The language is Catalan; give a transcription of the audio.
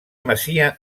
masia